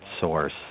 source